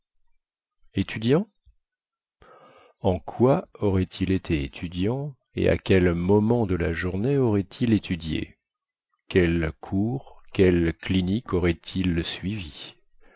étudiant en quoi aurait-il été étudiant et à quel moment de la journée aurait-il étudié quels cours quelles cliniques aurait-il suivis